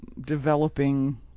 developing